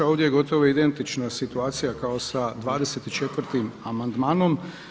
Ovdje je gotovo identična situacija kao sa 24. amandmanom.